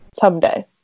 Someday